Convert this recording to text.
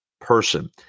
person